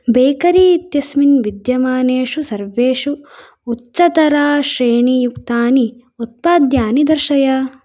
bakery इत्यस्मिन् विद्यमानेषु सर्वेषु उच्चताराश्रेणीयुक्तानि उत्पाद्यानि दर्शय